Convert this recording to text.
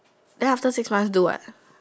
then after six months do what